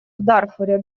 дарфуре